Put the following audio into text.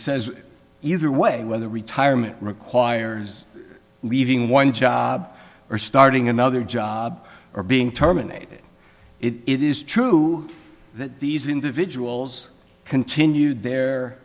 says either way whether retirement requires leaving one job or starting another job or being terminated it is true that these individuals continued their